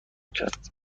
کرد